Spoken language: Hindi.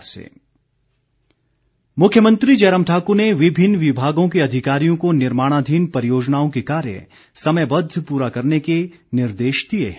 मुख्यमंत्री मुख्यमंत्री जयराम ठाकुर ने विभिन्न विभागों के अधिकारियों को निर्माणाधीन परियोजनाओं के कार्य समयबद्ध पूरा करने के निर्देश दिए हैं